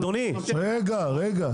אדוני --- רגע.